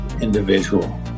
individual